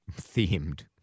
themed